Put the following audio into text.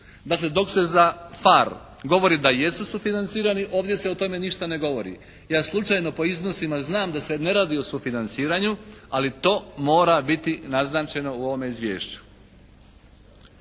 Dakle dok se za «PHARE» govori da jesu sufinancirani ovdje se o tome ništa ne govori. Ja slučajno po iznosima znam da se ne radi o sufinanciranju, ali to mora biti naznačeno u ovome izvješću.